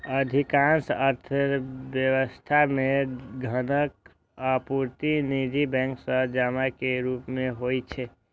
अधिकांश अर्थव्यवस्था मे धनक आपूर्ति निजी बैंक सं जमा के रूप मे होइ छै